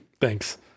Thanks